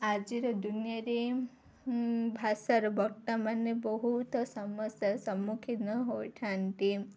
ଆଜିର ଦୁନିଆରେ ଭାଷାର ବର୍ତ୍ତମାନ ବହୁତ ସମସ୍ୟା ସମ୍ମୁଖୀନ ହୋଇଥାନ୍ତି